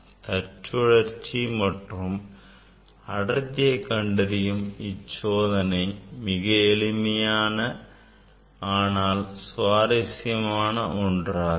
தற்சுழற்சி மற்றும் அடர்த்தியை கண்டறியும் இந்தச் சோதனை மிக எளிமையான ஆனால் சுவாரஸ்யமான ஒன்றாகும்